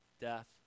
death